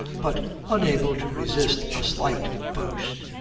but unable to resist a slight boast,